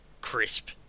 crisp